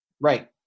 Right